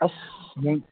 ꯑꯁ